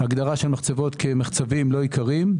הגדרה של מחצבות כ"מחצבים לא עיקריים".